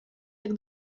jak